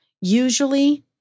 Usually